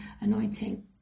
anointing